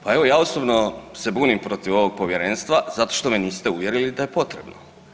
Pa evo ja osobno se bunim protiv ovog povjerenstva zato što me niste uvjerili da je potrebno.